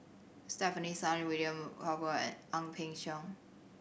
Stefanie Sun William Farquhar and Ang Peng Siong